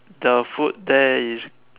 the food there is